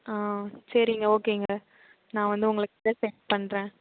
ஆ சரிங்க ஓகேங்க நான் வந்து உங்களுக்கு சென்ட் பண்ணுறேன்